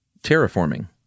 terraforming